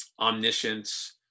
omniscience